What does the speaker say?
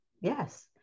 Yes